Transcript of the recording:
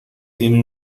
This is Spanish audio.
tiene